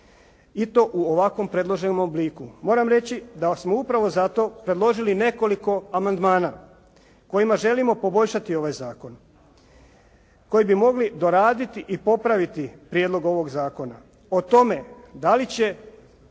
I to u ovakvom predloženom obliku. Moram reći da smo upravo zato predložili nekoliko amandmana kojima želimo poboljšati ovaj zakon koji bi mogli doraditi i popraviti prijedlog ovog zakona. O tome dali će